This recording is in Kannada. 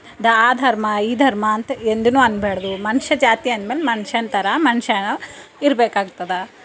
ಆ ಧರ್ಮ ಈ ಧರ್ಮ ಅಂತ ಎಂದುನೂ ಅನ್ನಬ್ಯಾಡ್ದು ಮನುಷ್ಯ ಜಾತಿ ಅಂದ್ಮೇಲೆ ಮನುಷ್ಯನ್ ಥರ ಮನುಷ್ಯನೂ ಇರಬೇಕಾಗ್ತದೆ